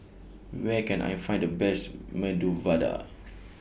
Where Can I Find The Best Medu Vada